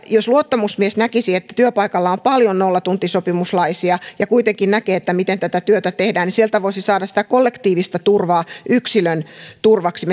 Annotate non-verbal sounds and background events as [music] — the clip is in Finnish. jos luottamusmies näkisi että työpaikalla on paljon nollatuntisopimuslaisia ja kuitenkin näkee miten tätä työtä tehdään niin sieltä voisi saada sitä kollektiivista turvaa yksilön turvaksi [unintelligible]